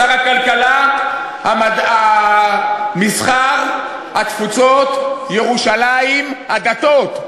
שר הכלכלה, המסחר, התפוצות, ירושלים, הדתות.